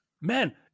Man